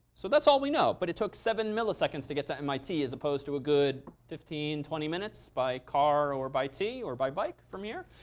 so that's all we know. but it took seven milliseconds to get to mit, as opposed to a good fifteen twenty minutes by car or by or by bike from here.